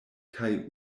kaj